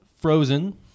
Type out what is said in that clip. Frozen